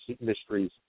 mysteries